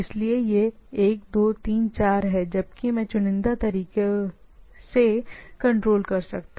इसलिए यह 1 2 3 4 है जबकि मैं चुनिंदा तरीके से कंट्रोल कर सकता हूं जहां से तारीख को बाहर आना है